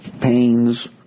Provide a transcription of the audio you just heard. pains